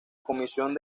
comisión